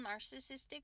narcissistic